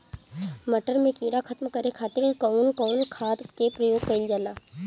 मटर में कीड़ा खत्म करे खातीर कउन कउन खाद के प्रयोग कईल जाला?